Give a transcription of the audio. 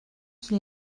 qu’il